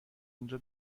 اینجا